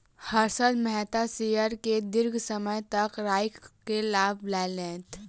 Harshad Mehta share के दीर्घ समय तक राइख के लाभ लेलैथ